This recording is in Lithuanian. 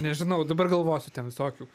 nežinau dabar galvosiu ten visokių